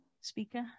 speaker